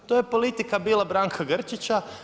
To je politika bila Branka Grčića.